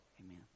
Amen